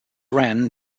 ran